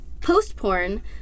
post-porn